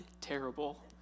terrible